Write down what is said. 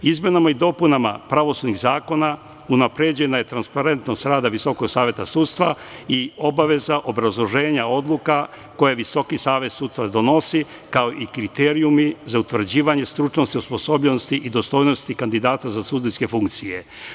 Izmenama i dopunama pravosudnih zakona unapređena je transparentnost rada Visokog saveta sudstva i obaveza obrazloženja odluka koje Visoki savet sudstva donosi, kao i kriterijumi za utvrđivanje stručnosti, osposobljenosti i dostojnosti kandidata za sudijske funkcije.